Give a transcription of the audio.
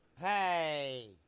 Hey